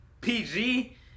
PG